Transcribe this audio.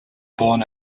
born